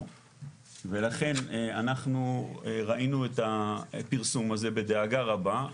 ולכן אנחנו ראינו את הפרסום הזה בדאגה רבה,